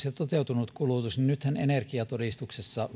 ja toteutuneeseen kulutukseen nythän energiatodistuksessa